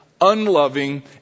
unloving